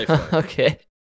Okay